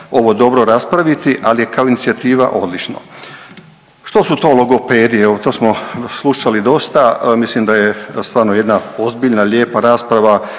ovo dobro raspraviti, ali je kao inicijativa odlično. Što su to logopedi? Evo, to smo slušali dosta. Mislim da je stvarno jedna ozbiljna lijepa rasprava,